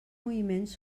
moviments